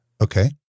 Okay